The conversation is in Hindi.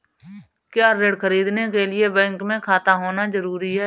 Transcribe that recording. क्या ऋण ख़रीदने के लिए बैंक में खाता होना जरूरी है?